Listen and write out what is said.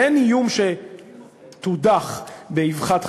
ואין איום שתודח באבחת חרב.